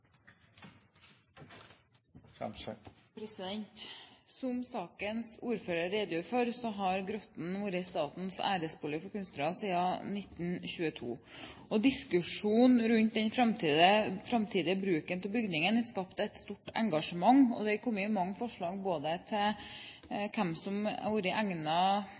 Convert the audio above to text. Som sakens ordfører redegjorde for, har Grotten vært statens æresbolig for kunstnere siden 1922. Diskusjonen rundt den framtidige bruken av bygningen har skapt et stort engasjement, og det har kommet mange forslag til hvem som